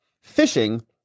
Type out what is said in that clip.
fishing